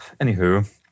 Anywho